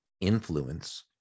influence